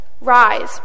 Rise